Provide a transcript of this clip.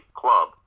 club